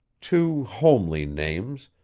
two homely names,